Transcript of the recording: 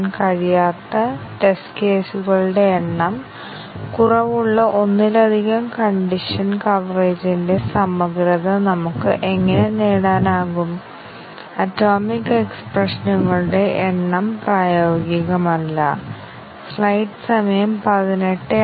അതിനാൽ ഞങ്ങൾ ഒരു വഴി കാണേണ്ടതുണ്ട് ബ്രാഞ്ച് കവറേജ് പ്രസ്താവന കവറേജ് കൈവരിക്കുന്നുവെന്ന് ഞങ്ങൾ കാണിക്കണം കൂടാതെ സ്റ്റേറ്റ്മെന്റ് കവറേജ് ബ്രാഞ്ച് കവറേജ് നേടുന്നില്ലെന്ന് ഞങ്ങൾ കാണിക്കേണ്ടതുണ്ട് ചില ശാഖകളെങ്കിലും പ്രസ്താവനകളാൽ മൂടപ്പെട്ടിട്ടില്ല